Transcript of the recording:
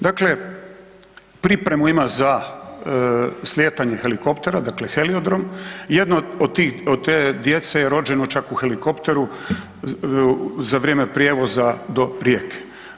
Dakle, pripremu ima za slijetanje helikoptera dakle heliodrom, jedno od te djece je rođeno čak u helikopteru za vrijeme prijevoza do Rijeke.